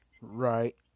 Right